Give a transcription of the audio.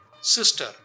Sister